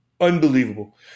unbelievable